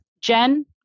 Jen